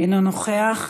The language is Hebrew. אינו נוכח.